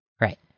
Right